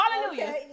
Hallelujah